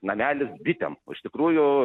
namelis bitėm o iš tikrųjų